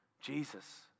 Jesus